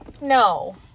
No